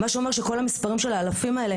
מה שאומר שכל המספרים שלה על האלפים האלה,